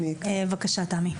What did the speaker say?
בבקשה תמי.